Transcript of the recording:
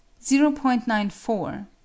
0.94